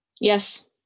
Yes